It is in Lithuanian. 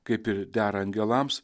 kaip ir dera angelams